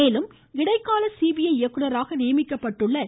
மேலும் இடைக்கால சிபிஐ இயக்குனராக நியமிக்கப்பட்டுள்ள திரு